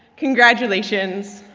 congratulations!